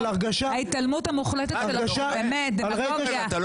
ההתעלמות המוחלטת הזאת, נו באמת, דמגוגיה.